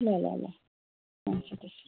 ल ल ल हुन्छ त